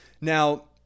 Now